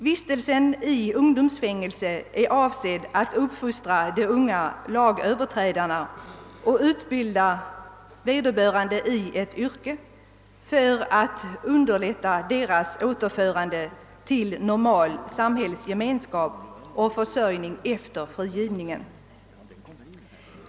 Vistelsen i ungdomsfängelse är avsedd att uppfostra de unga lagöverträdarna och utbilda vederbörande i ett yrke för att underlätta deras återförande till normal samhällsgemenskap och försörjning efter frigivningen.